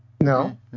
No